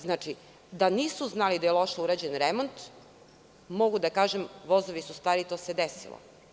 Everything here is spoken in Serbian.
Znači, da nisu znali da je loše urađen remont, mogu da kažem vozili su, to se desilo.